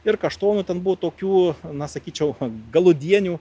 ir kaštonų ten buvo tokių na sakyčiau galudienių